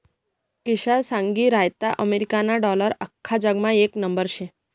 किशा सांगी रहायंता अमेरिकाना डालर आख्खा जगमा येक नंबरवर शे